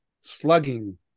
slugging